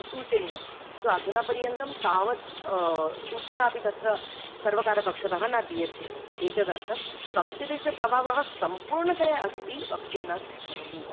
सूचनीयं किन्तु अधुना पर्यन्तं तावत् सूचना अपि तत्र सर्वकारपक्षतः न दीयते एतदर्थं संस्कृतस्य प्रभावः सम्पूर्णतया अस्ति वक्तुं न शक्नोमि